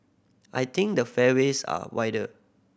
I think the fairways are wider